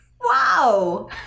Wow